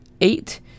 eight